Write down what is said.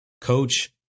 coach